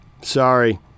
Sorry